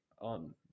on